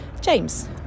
James